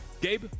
Gabe